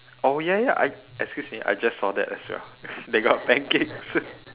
oh ya ya I I excuse me I just saw that as well they got pancakes